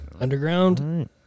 underground